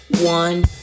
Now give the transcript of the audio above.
one